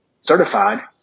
certified